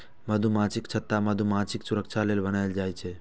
मधुमाछीक छत्ता मधुमाछीक सुरक्षा लेल बनाएल जाइ छै